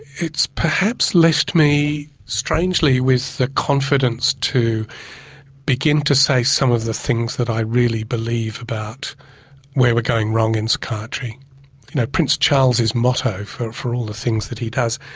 it's perhaps left me strangely with the confidence to begin to say some of the things that i really believe about where we're going wrong in psychiatry. you know prince charles's motto for for all the things that he does,